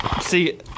See